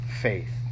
faith